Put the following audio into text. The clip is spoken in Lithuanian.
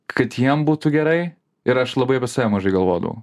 kad jiem būtų gerai ir aš labai apie save mažai galvodavau